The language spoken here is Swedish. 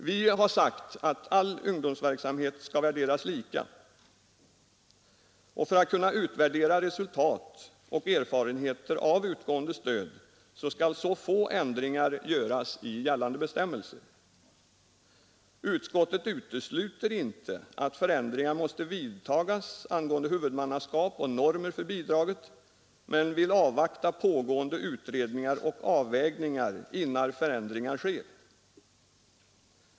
Vi har sagt att all ungdomsverksamhet skall värderas lika. För att man skall kunna utvärdera resultat och erfarenheter av utgående stöd skall så få ändringar som möjligt göras i gällande bestämmelser. Utskottet utesluter inte att förändringar måste vidtagas angående huvudmannaskap och normer för bidrag, men vill avvakta pågående utredningar och avvägningar innan förändringar sker.